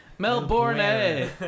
Melbourne